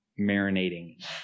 marinating